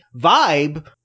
vibe